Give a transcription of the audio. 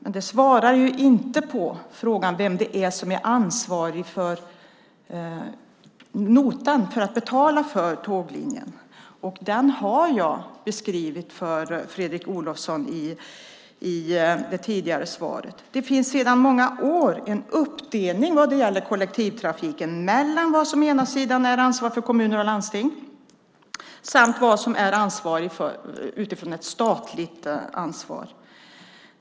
Men det svarar inte på frågan vem som är ansvarig för notan, för att betala för tåglinjen. Den har jag beskrivit för Fredrik Olovsson i det tidigare svaret. Det finns sedan många år en uppdelning vad gäller kollektivtrafiken mellan vad som är ett ansvar för kommuner och landsting och vad som är ett statlig ansvar.